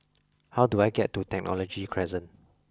how do I get to Technology Crescent